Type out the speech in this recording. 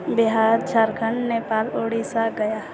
Bihar Jharkhand Nepal Orissa Gaya